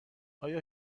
آیا